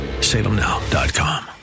salemnow.com